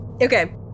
Okay